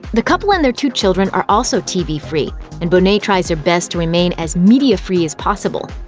the couple and their two children are also tv-free, and bonet tries her best to remain as media-free as possible.